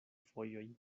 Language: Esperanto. fojoj